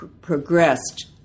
progressed